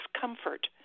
comfort